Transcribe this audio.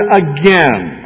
again